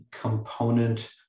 component